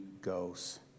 goes